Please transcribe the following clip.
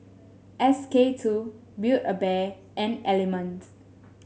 S K two Build A Bear and Element